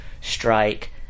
strike